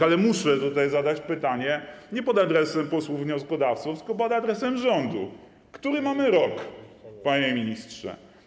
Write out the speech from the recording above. Ale muszę zadać pytanie nie pod adresem posłów wnioskodawców, tylko pod adresem rządu: Który mamy rok, panie ministrze?